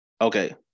Okay